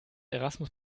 erasmus